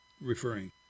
Referring